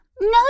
No